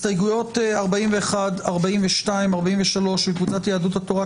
הסתייגויות 41-43 של קבוצת יהדות התורה,